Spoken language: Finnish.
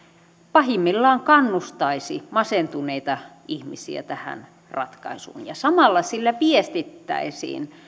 pahimmillaan kannustaisi masentuneita ihmisiä tähän ratkaisuun ja samalla sillä viestittäisiin